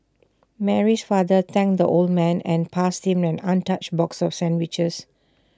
Mary's father thanked the old man and passed him an untouched box of sandwiches